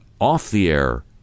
off-the-air